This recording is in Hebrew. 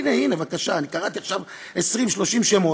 הנה, בבקשה, קראתי עכשיו 20 30 שמות,